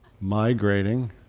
migrating